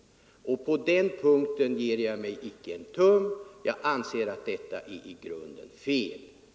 På den punkten ger jag mig icke en tum. Jag anser att detta är i grunden fel.